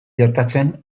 gertatzen